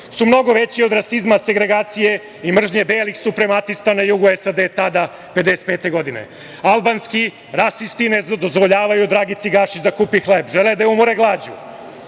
su mnogo veći od rasizma, segregacije i mržnje belih suprematista na jugu SAD tada 1955. godine. Albanski rasisti ne dozvoljavaju Dragici Gašić da kupe hleb. Žele da je umore